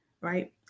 right